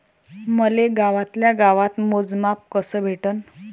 मले गावातल्या गावात मोजमाप कस भेटन?